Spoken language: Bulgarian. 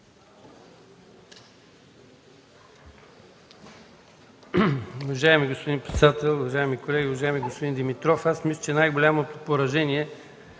Добрев